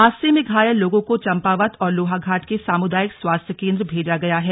हादसे में घायल लोगों को चंपावत और लोहाघाट के सामुदायिक स्वास्थ्य केंद्र भेजा गया है